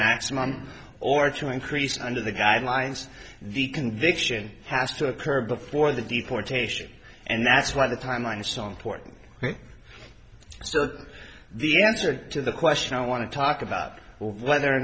maximum or to increase under the guidelines the conviction has to occur before the deportation and that's why the timeline song porton so the answer to the question i want to talk about whether or